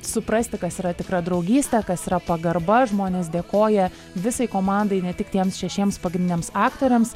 suprasti kas yra tikra draugystė kas yra pagarba žmonės dėkoja visai komandai ne tik tiems šešiems pagrindiniams aktoriams